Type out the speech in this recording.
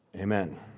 amen